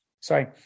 Sorry